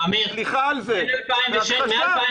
סליחה על זה, בהכחשה.